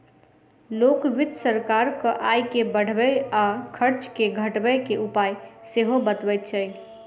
लोक वित्त सरकारक आय के बढ़बय आ खर्च के घटबय के उपाय सेहो बतबैत छै